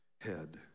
head